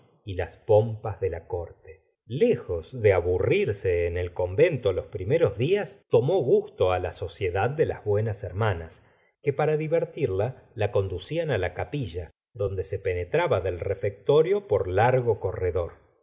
y las pompas de la corte lejos de aburrirse en el convento los primeros días tomó gusto la sociedad de las buenas hermanas que para divertirla la conducían et la capilla donde se penetraba del refectorio por largo corredor